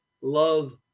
love